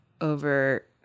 over